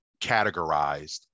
categorized